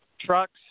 Trucks